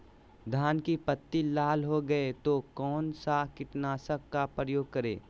धान की पत्ती लाल हो गए तो कौन सा कीटनाशक का प्रयोग करें?